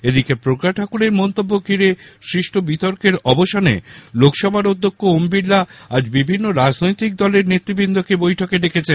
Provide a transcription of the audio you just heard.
এদিকে প্রজ্ঞা ঠাকুরের মন্তব্য ঘিরে সৃষ্ট বিরোধের অবসানে লোকসভার অধ্যক্ষ ওম বিড়লা আজ বিভিন্ন রাজনৈতিক দলে নেতৃবন্দকে বৈঠকে ডেকেছেন